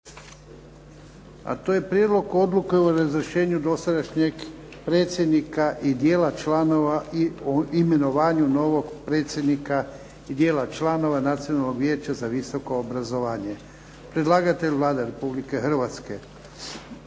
a to je - Prijedlozi odluka o razrješenju dosadašnjeg predsjednika i dijela članova i o imenovanju novog predsjednika i dijela članova Nacionalnog vijeća za visoko obrazovanje, Predlagatelj: Vlada Republike Hrvatske